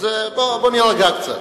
אז בוא נירגע קצת.